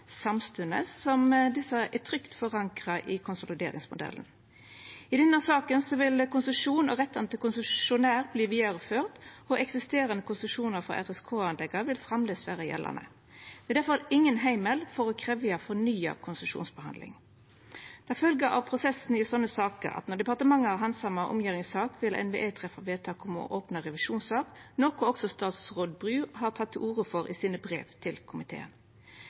samstundes som desse er trygt forankra i konsolideringsmodellen. I denne saka vil konsesjonen og rettane til konsesjonæren verta vidareførte, og eksisterande konsesjonar for RSK-anlegga vil framleis vera gjeldande. Det er difor ingen heimel for å krevja fornya konsesjonshandsaming. Det følgjer av prosessen i slike saker at når departementet har handsama omgjeringssaka, vil NVE treffa vedtak om å opna revisjonssak, noko statsråd Bru også har teke til orde for i sine brev til komiteen.